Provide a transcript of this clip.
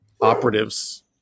operatives